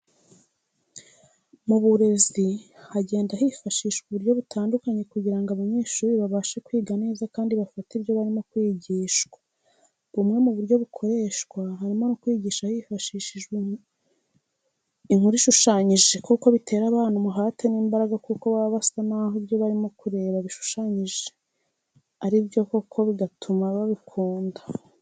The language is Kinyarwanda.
Mu burezi hagenda hifashishwa uburyo butandukanye kugira ngo abanyeshuri babashe kwiga neza kandi bafate ibyo barimo kwigishwa. Bumwe mu buryo bukoreshwa harimo no kwigisha hifashishijwe inkuru ishushanyije kuko bitera abana umuhati n'imbaraga kuko baba basa naho ibyo barimo kureba bishushanyije ari byo koko bigatuma babikunda.